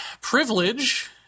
privilege